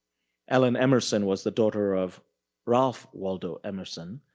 ellen emerson was the daughter of ralph waldo emerson.